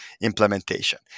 implementation